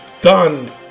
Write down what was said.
done